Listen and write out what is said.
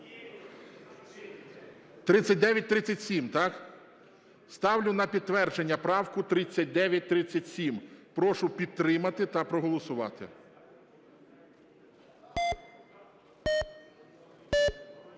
3937, так? Ставлю на підтвердження правку 3937. Прошу підтримати та проголосувати.